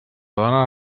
dona